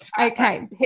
Okay